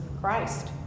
Christ